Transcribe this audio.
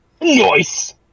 Nice